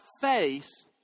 face